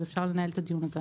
אפשר לנהל את הדיון הזה,